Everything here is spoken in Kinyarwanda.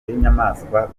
y’inyamaswa